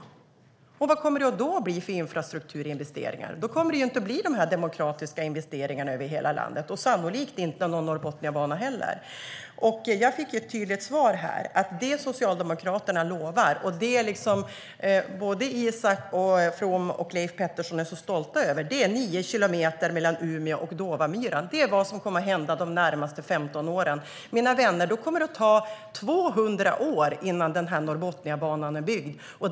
Vad kommer det då att bli för infrastrukturinvesteringar? Då kommer det inte att bli de här demokratiska investeringarna över hela landet och sannolikt inte någon Norrbotniabana heller. STYLEREF Kantrubrik \* MERGEFORMAT Svar på interpellationerMina vänner! Då kommer det att gå 200 år innan Norrbotniabanan är byggd.